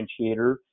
differentiator